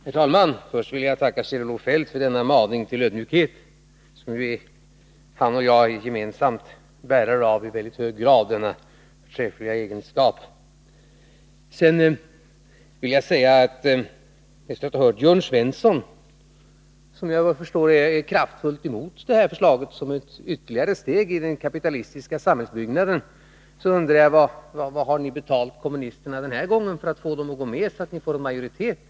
Herr talman! Först vill jag tacka Kjell-Olof Feldt för denna maning till ödmjukhet, en egenskap som både han och jag i mycket hög grad är bärare av. Efter att ha hört Jörn Svensson, som är kraftfullt emot detta förslag som ett ytterligare steg i den kapitalistiska samhällsbyggnaden, undrar jag: Vad har ni betalt kommunisterna för att få dem att gå med den här gången, så att ni får majoritet?